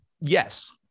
yes